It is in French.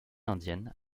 indienne